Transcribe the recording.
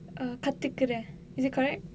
err கத்துக்குறேன்:kathukkuraen is it correct